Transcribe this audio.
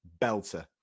belter